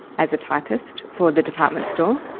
as a typist for the department store.